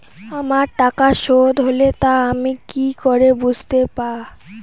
আমার টাকা শোধ হলে তা আমি কি করে বুঝতে পা?